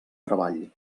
treball